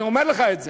אני אומר לך את זה.